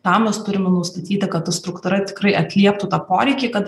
tam mes turime nustatyti kad ta struktūra tikrai atlieptų tą poreikį kad